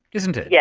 isn't it. yes,